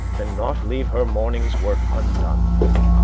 and not leave her morning's work undone.